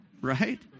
Right